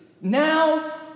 now